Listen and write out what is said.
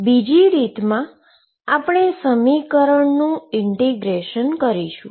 બીજી રીત માં આપણે સમીકરણનું ઈન્ટીગ્રેશન કરીશું